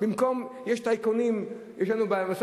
יש טייקונים גם אצל